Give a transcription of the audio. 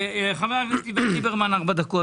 חבר הכנסת אביגדור ליברמן, בקשה.